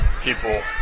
people